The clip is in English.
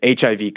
HIV